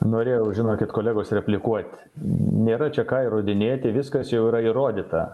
norėjau žinokit kolegos replikuot nėra čia ką įrodinėti viskas jau yra įrodyta